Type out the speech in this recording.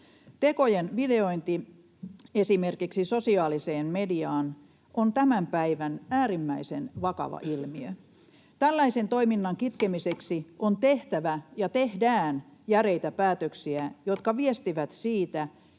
Tekojen videointi esimerkiksi sosiaaliseen mediaan on tämän päivän äärimmäisen vakava ilmiö. Tällaisen toiminnan kitkemiseksi on tehtävä ja tehdään järeitä päätöksiä, jotka viestivät siitä,